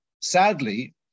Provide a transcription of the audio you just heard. sadly